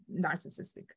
narcissistic